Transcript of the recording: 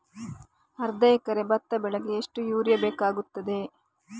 ಅರ್ಧ ಎಕರೆ ಭತ್ತ ಬೆಳೆಗೆ ಎಷ್ಟು ಯೂರಿಯಾ ಬೇಕಾಗುತ್ತದೆ?